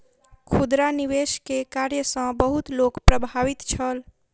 खुदरा निवेश के कार्य सॅ बहुत लोक प्रभावित छल